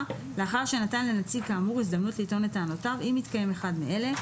לאחר שנתן לנציג כאמור הזדמנות לטעון את טענתיו אם מתקיים אחד מאלה: